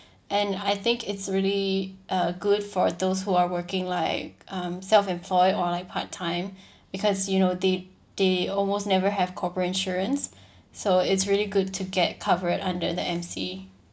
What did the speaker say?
and I think it's really uh good for those who are working like um self-employed or like part time because you know they they almost never have corporate insurance so it's really good to get covered under the M_C